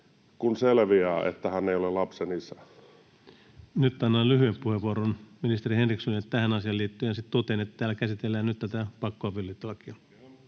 kun selviää, että hän ei ole lapsen isä. Nyt annan lyhyen puheenvuoron ministeri Henrikssonille tähän asiaan liittyen. Sitten totean, että täällä käsitellään nyt tätä pakkoavioliittolakia.